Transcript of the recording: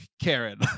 Karen